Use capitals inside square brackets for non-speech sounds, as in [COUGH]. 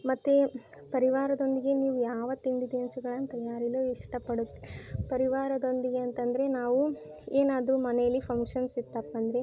ಮತ್ತೆ ಪರಿವಾರದೊಂದಿಗೆ ನೀವು ಯಾವ ತಿಂಡಿ ತಿನಿಸುಗಳನ್ನ [UNINTELLIGIBLE] ಇಷ್ಟ ಪಡುತ್ತ ಪರಿವಾರದೊಂದಿಗೆ ಅಂತ ಅಂದ್ರೆ ನಾವು ಏನಾದರೂ ಮನೇಲಿ ಫಂಕ್ಷನ್ಸ್ ಇತ್ತಪ್ಪ ಅಂದ್ರೆ